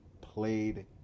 played